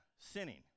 sinning